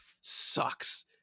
sucks